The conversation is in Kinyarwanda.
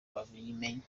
babimenye